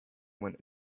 went